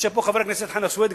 יושב פה חבר הכנסת חנא סוייד,